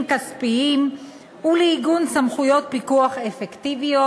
כספיים ולעיגון סמכויות פיקוח אפקטיביות,